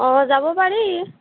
অঁ যাব পাৰি